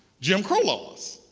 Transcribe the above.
jim crow laws.